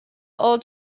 all